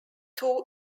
two